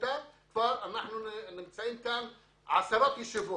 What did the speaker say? ולזכותה אנחנו נמצאים כאן עשרות ישיבות.